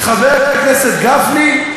חבר הכנסת גפני?